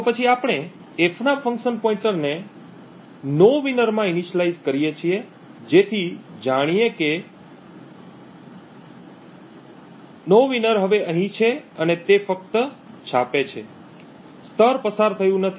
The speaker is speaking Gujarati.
તો પછી આપણે f ના ફંકશન પોઇન્ટરને નોવિનર માં પ્રારંભથી સ્થાપિત કરીએ છીએ જેથી જાણીએ કે નોવિનર હવે અહીં છે અને તે ફક્ત છાપે છે સ્તર પસાર થયું નથી